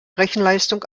rechenleistung